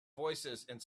voicesand